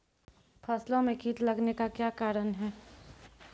फसलो मे कीट लगने का क्या कारण है?